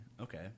Okay